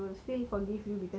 yup thanks